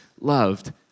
loved